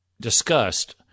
discussed